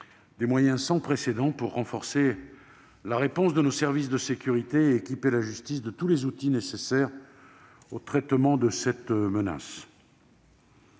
des moyens sans précédent pour renforcer la réponse de nos services de sécurité et équiper la justice de tous les outils nécessaires au traitement de cette menace.